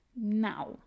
now